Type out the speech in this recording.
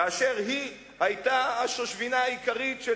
כאשר היא היתה השושבינה העיקרית של